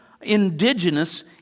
indigenous